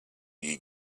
you